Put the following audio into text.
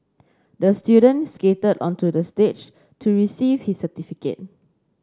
the student skated onto the stage to receive his certificate